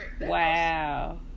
Wow